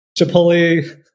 Chipotle